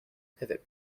pivot